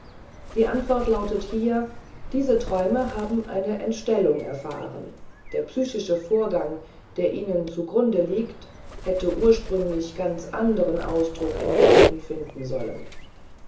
die antwort lautet hier diese träume haben eine entstellung erfahren der psychische vorgang der ihnen zu grunde liegt hätte ursprünglich ganz anderen ausdruck in worten finden sollen